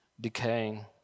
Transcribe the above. decaying